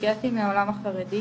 הגעתי מהעולם החרדי,